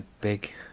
Big